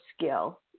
skill